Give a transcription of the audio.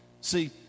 See